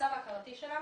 המצב ההכרתי שלה